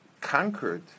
conquered